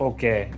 Okay